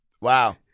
Wow